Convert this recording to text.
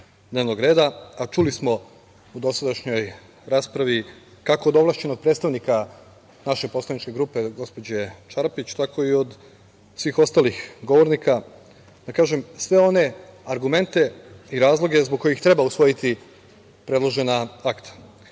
a čuli smo u dosadašnjoj raspravi kako od ovlašćenog predstavnika naše poslaničke grupe, gospođe Čarapić, tako i od svih ostalih govornika, da kažem sve one argumente i razloge zbog kojih treba usvojiti predložena akta.